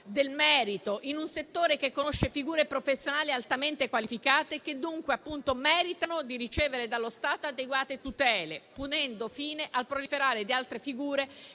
del merito in un settore che conosce figure professionali altamente qualificate, che dunque meritano di ricevere dallo Stato adeguate tutele, ponendo fine al proliferare di altre figure